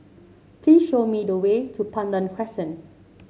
please show me the way to Pandan Crescent